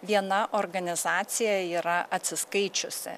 viena organizacija yra atsiskaičiusi